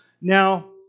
Now